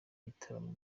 gitaramo